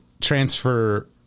transfer